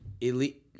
elite